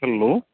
hello